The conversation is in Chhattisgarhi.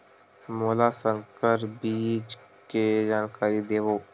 मोला संकर बीज के जानकारी देवो?